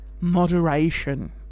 Moderation